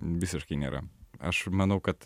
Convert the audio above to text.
visiškai nėra aš manau kad